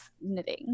knitting